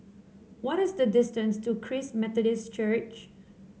what is the distance to Christ Methodist Church